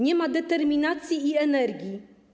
Nie ma determinacji i energii.